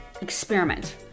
experiment